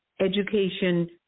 education